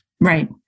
Right